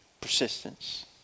Persistence